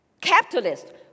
Capitalist